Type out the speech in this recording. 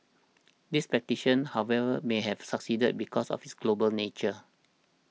this petition however may have succeeded because of its global nature